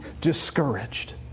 discouraged